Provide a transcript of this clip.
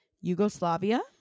Yugoslavia